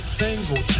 single